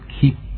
keep